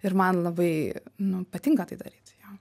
ir man labai nu patinka tai daryti jo